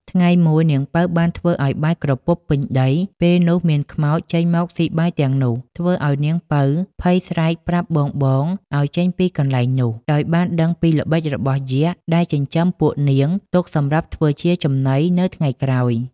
ថ្ងៃមួយនាងពៅបានធ្វើឲ្យបាយក្រពប់ពេញដី ពេលនោះមានខ្មោចចេញមកស៊ីបាយទាំងនោះ ធ្វើឲ្យនាងពៅភ័យស្រែកប្រាប់បងៗឲ្យចេញពីកន្លែងនោះ ដោយបានដឹងពីល្បិចរបស់យក្ខ ដែលចិញ្ចឹមពួកនាងទុកសម្រាប់ធ្វើជាចំណីនៅថ្ងៃក្រោយ។